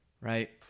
right